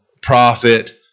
prophet